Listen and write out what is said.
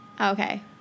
Okay